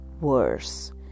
worse